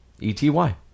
E-T-Y